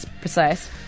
precise